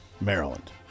Maryland